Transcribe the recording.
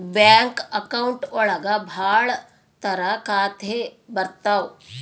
bank account ಒಳಗ ಭಾಳ ತರ ಖಾತೆ ಬರ್ತಾವ್